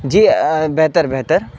جی بہتر بہتر